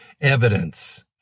evidence